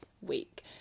week